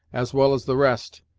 as well as the rest,